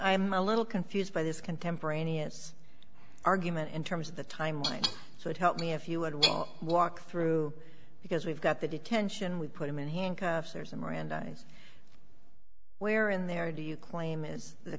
a little confused by this contemporaneous argument in terms of the timeline so it help me if you would walk through because we've got the detention we put him in handcuffs there's a miranda where in there do you claim is the